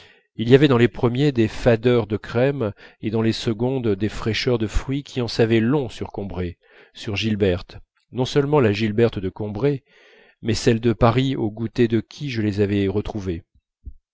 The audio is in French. il y avait dans les premiers des fadeurs de crème et dans les secondes des fraîcheurs de fruits qui en savaient long sur combray sur gilberte non seulement la gilberte de combray mais celle de paris aux goûters de qui je les avais retrouvés